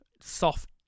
soft